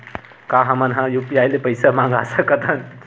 का हमन ह यू.पी.आई ले पईसा मंगा सकत हन?